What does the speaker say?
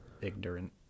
ignorant